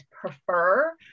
prefer